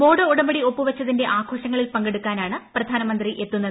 ബോഡോ ഉടമ്പടി ഒപ്പുവെച്ചതിന്റെ ആഘോഷങ്ങളിൽ പങ്കെടുക്കാനാണ് പ്രധാനമന്ത്രി എത്തുന്നത്